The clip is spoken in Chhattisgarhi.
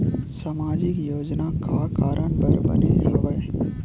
सामाजिक योजना का कारण बर बने हवे?